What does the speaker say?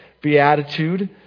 beatitude